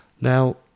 Now